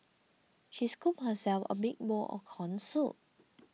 she scooped herself a big bowl of Corn Soup